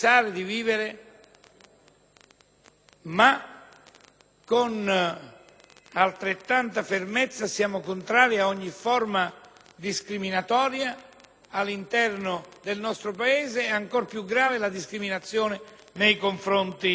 ma con altrettanta fermezza siamo contrari ad ogni forma discriminatoria all'interno del nostro Paese, ancora più grave se nei confronti di minori.